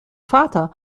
vater